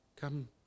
come